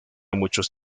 muchos